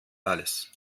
alles